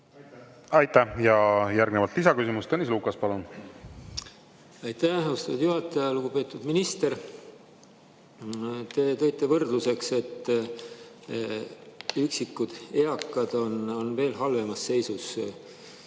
Aitäh! Järgnevalt lisaküsimus, Tõnis Lukas, palun! Aitäh, austatud juhataja! Lugupeetud minister! Te tõite võrdluseks, et üksikud eakad on veel halvemas seisus.